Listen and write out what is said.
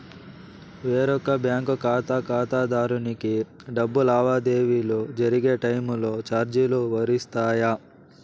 వేరొక బ్యాంకు ఖాతా ఖాతాదారునికి డబ్బు లావాదేవీలు జరిగే టైములో చార్జీలు వర్తిస్తాయా?